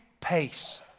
pace